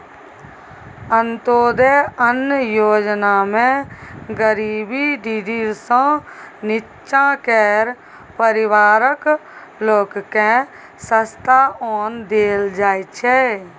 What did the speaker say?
अंत्योदय अन्न योजनामे गरीबी डिडीर सँ नीच्चाँ केर परिबारक लोककेँ सस्ता ओन देल जाइ छै